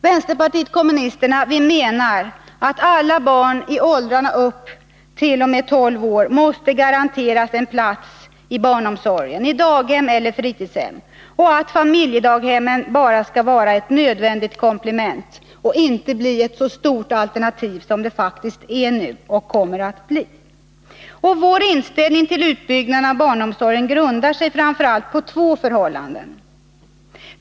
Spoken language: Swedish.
Vänsterpartiet kommunisterna menar att alla barn i åldrarna upp till 12 år måste garanteras en plats i barnomsorgen, i daghem eller i fritidshem, och att familjedaghemmen bara skall vara ett nödvändigt komplement — inte ett så stort alternativ som det faktiskt är nu och som det kommer att bli. Vår inställning till utbyggnaden av barnomsorgen grundar sig framför allt på två förhållanden.